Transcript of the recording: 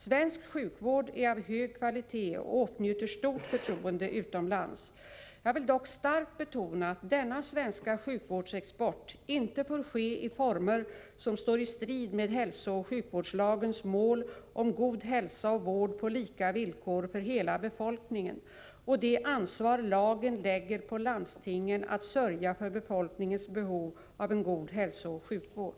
Svensk sjukvård är av hög kvalitet och åtnjuter stort förtroende utomlands. Jag vill dock starkt betona att denna svenska sjukvårdsexport inte får ske i former som står i strid med hälsooch sjukvårdslagens mål om god hälsa och vård på lika villkor för hela befolkningen och det ansvar lagen lägger på landstingen att sörja för befolkningens behov av en god hälsooch sjukvård.